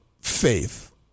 faith